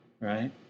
right